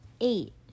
eight